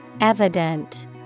Evident